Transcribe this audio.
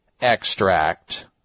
extract